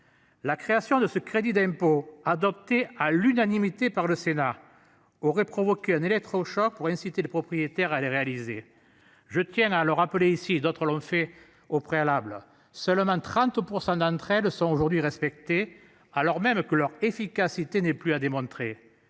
La création de ce crédit d'impôt adopté à l'unanimité par le Sénat aurait provoqué un électrochoc pour inciter les propriétaires à les réaliser. Je tiens à le rappeler ici, d'autres l'ont fait au préalable. Seulement 30% d'entre elles sont aujourd'hui respectées, alors même que leur efficacité n'est plus à démontrer.